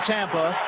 Tampa